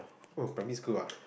oh primary school ah